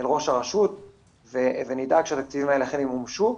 אל ראש הרשות ונדאג שהתקציבים האלה אכן ימומשו.